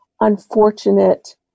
unfortunate